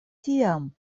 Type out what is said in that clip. tiam